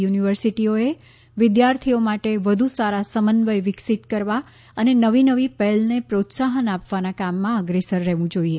યુનિવર્સિટીઓએ વિદ્યાર્થીઓ માટે વધુ સારા સમન્વય વિકસિત કરવા અને નવી નવી પહેલને પ્રોત્સાફન આપવાના કામમાં અગ્રેસર રહેવું જોઇએ